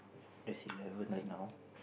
there's eleven right now